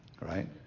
Right